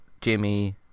Jimmy